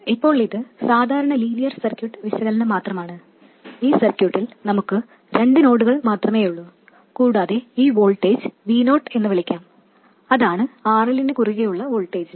ഇപ്പോൾ ഇത് സാധാരണ ലീനിയർ സർക്യൂട്ട് വിശകലനം മാത്രമാണ് ഈ സർക്യൂട്ടിൽ നമുക്ക് രണ്ട് നോഡുകൾ മാത്രമേയുള്ളൂ കൂടാതെ ഈ വോൾട്ടേജ് Vo എന്ന് വിളിക്കാം അതാണ് RL നു കുറുകെയുള്ള വോൾട്ടേജ്